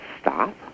stop